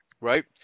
right